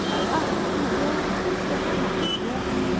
that i hardly dared kiss the hem of her dress.